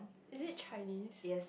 is it Chinese